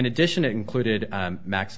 in addition it included